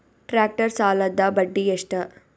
Tractor ಸಾಲದ್ದ ಬಡ್ಡಿ ಎಷ್ಟ?